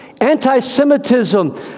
Anti-Semitism